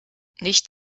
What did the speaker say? nicht